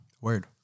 Word